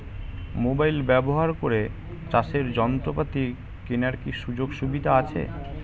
Mobile ব্যবহার করে চাষের যন্ত্রপাতি কেনার কি সুযোগ সুবিধা আছে?